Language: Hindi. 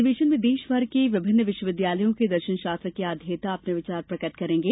अधिवेशन में देश भर के विभिन्न विश्वविद्यालयों के दर्शनशास्त्र के अध्येता अपने विचार प्रकट करेंगे